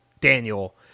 Daniel